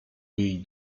jej